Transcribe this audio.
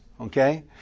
Okay